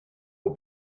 aux